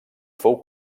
fou